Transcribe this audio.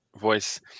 voice